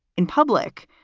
in public.